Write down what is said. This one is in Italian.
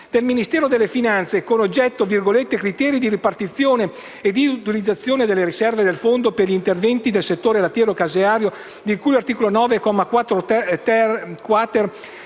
dell'economia e delle finanze, con oggetto «Criteri di ripartizione e di utilizzazione delle riserve del Fondo per gli interventi nel settore lattiero caseario di cui all'articolo 9, comma